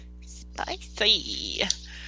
Spicy